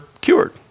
cured